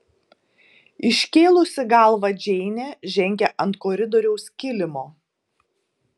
iškėlusi galvą džeinė žengė ant koridoriaus kilimo